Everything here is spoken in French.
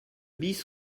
bis